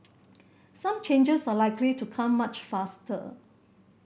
some changes are likely to come much faster